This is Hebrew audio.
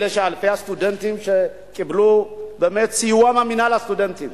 אלפי הסטודנטים שקיבלו באמת סיוע ממינהל הסטודנטים